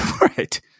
Right